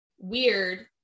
weird